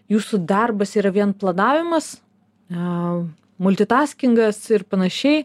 jūsų darbas yra vien planavimas a multitaskingas ir panašiai